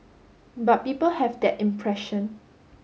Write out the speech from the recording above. but people have that impression